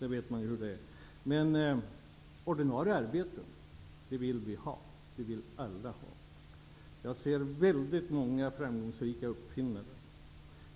vi vill ha ordinarie arbeten -- det vill alla ha. Jag ser gärna många framgångsrika uppfinnare.